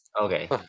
Okay